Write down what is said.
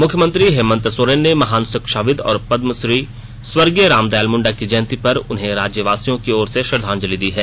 मुख्यमंत्री हेमंत सोरेन ने महान शिक्षाविद् और पदमश्री स्वर्गीय रामदयाल मुंडा की जयंती पर उन्हें राज्यवासियों की ओर से श्रद्वांजलि दी है